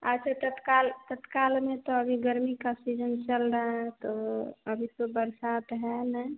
अच्छा तत्काल तत्काल मे तो अभी गर्मी का सीजन चल रहा है तो अभी तो बरसात है नहीं